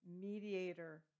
mediator